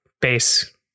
base